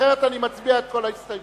אחרת אני מצביע על כל ההסתייגויות.